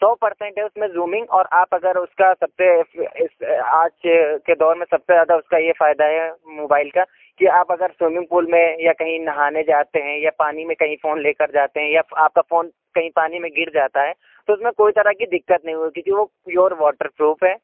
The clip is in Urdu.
سو پر سینٹ ہے اس میں زومنگ اور آپ اگر اس کا سب سے آج کے دور میں سب سے زیادہ اس کا یہ فائدہ ہے موبائل کا کہ آپ اگر سوئیمنگ پول میں یا کہیں نہانے جاتے ہیں یا پانی میں کہیں فون لے کر جاتے ہیں یا آپ کا فون کہیں پانی میں گر جاتا ہے تو اس میں کوئی طرح کی دقت نہیں ہوگی کیونکہ وہ پیور واٹر پروف ہے